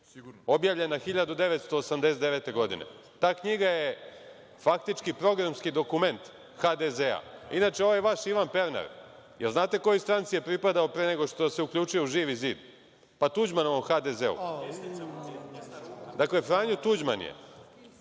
Objavljena je 1989. godine. Ta knjiga je faktički programski dokument HDZ-a. Inače, ovaj vaš Ivan Pernar, znate kojoj stranci je pripadao pre nego što se uključio u živi zid? Pa, Tuđmanovom HDZ-u. Dakle, Franjo Tuđman je